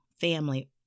family